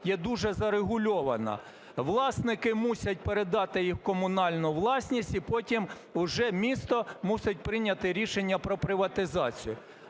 є дуже зарегульована. Власники мусять передати їх в комунальну власність, і потім вже місто мусить прийняти рішення про приватизацію.